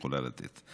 יכולה לתת.